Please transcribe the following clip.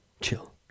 Chill